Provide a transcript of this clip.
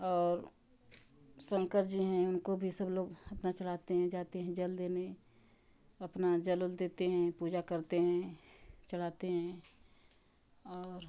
और शंकर जी हैं उनको भी सब लोग अपना चढ़ाते हैं जाते हैं जल देने अपना जल उल देते हैं पूजा करते हैं चढ़ाते हैं और